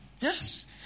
Yes